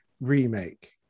remake